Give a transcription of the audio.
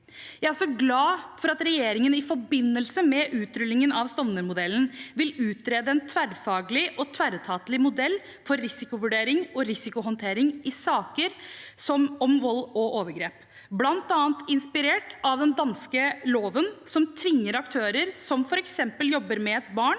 Jeg er også glad for at regjeringen i forbindelse med utrullingen av Stovner-modellen vil utrede en tverrfaglig og tverretatlig modell for risikovurdering og risikohåndtering i saker om vold og overgrep, bl.a. inspirert av den danske loven som tvinger aktører som f.eks. jobber med barn,